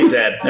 dead